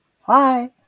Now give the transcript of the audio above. hi